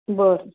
बरं